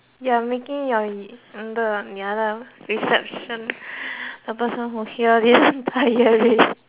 you're making your the ya lah reception the person who hear this entirely